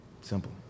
Simple